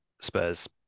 Spurs